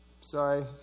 Sorry